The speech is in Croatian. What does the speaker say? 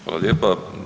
Hvala lijepa.